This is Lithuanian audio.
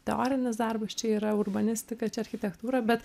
teorinis darbas čia yra urbanistika architektūra bet